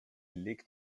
liegt